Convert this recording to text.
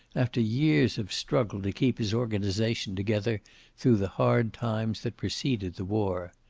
after years of struggle to keep his organization together through the hard times that preceded the war.